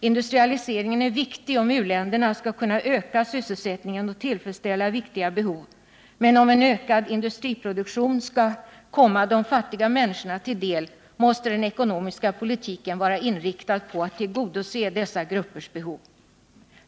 Industrialiseringen är viktig, om u-länderna skall kunna öka sin sysselsättning och tillfredsställa viktiga behov, men för att en ökad industriproduktion skall komma de fattiga människorna till del måste den ekonomiska politiken vara inriktad på att tillgodose dessa gruppers behov.